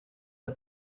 der